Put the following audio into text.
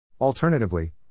Alternatively